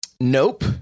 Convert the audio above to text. Nope